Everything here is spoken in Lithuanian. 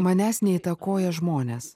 manęs neįtakoja žmonės